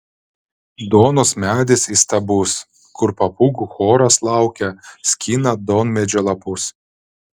duonos medis įstabus kur papūgų choras laukia skina duonmedžio lapus